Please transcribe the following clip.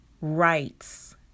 rights